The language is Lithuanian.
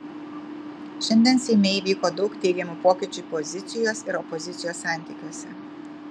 šiandien seime įvyko daug teigiamų pokyčių pozicijos ir opozicijos santykiuose